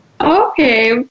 Okay